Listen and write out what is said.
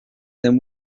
den